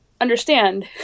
understand